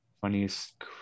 Funniest